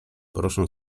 proszę